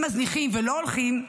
אם מזניחים ולא הולכים,